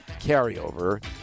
carryover